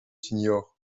ignore